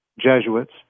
Jesuits